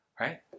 right